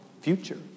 future